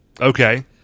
Okay